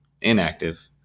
inactive